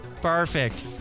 Perfect